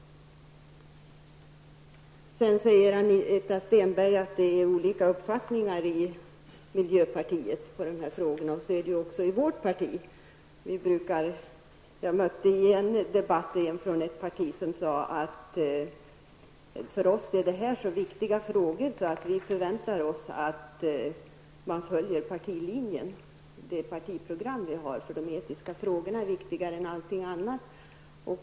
Sedan säger Anita Stenberg att det finns olika uppfattningar inom miljöpartiet i dessa frågor. Då vill jag framhålla att det förhåller sig på det sättet också i vårt parti. I en debatt mötte jag en representant för ett annat parti som sade: För oss är det här så viktigt att vi förväntar oss att man följer partilinjen. Partiprogrammet för de etiska frågorna är viktigare än allting annat.